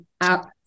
out